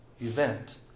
event